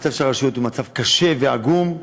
מצב הרשויות הוא מצב קשה ועגום,